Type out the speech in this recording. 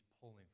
pulling